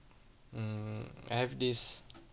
hmm I have this